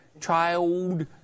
Child